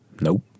Nope